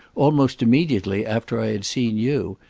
almost immediately after i had seen you,